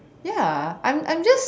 ya I'm I'm just